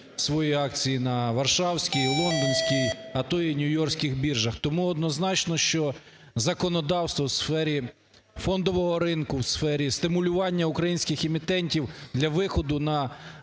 свої акції на Варшавській, Лондонській, а то і Нью-Йоркських біржах. Тому однозначно, що законодавство у сфері фондового ринку, у сфері стимулювання українських емітентів для виходу на